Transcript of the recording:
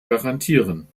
garantieren